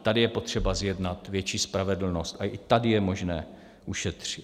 Tady je potřeba zjednat větší spravedlnost a i tady je možné ušetřit.